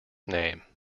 name